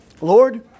Lord